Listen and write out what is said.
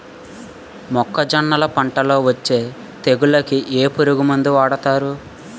మొక్కజొన్నలు పంట లొ వచ్చే తెగులకి ఏ పురుగు మందు వాడతారు?